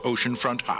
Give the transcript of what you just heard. Oceanfront